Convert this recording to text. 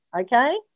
okay